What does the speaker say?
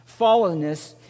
fallenness